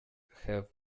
have